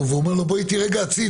והוא אומר לו: בוא איתי רגע הצדה,